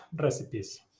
recipes